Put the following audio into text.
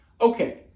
Okay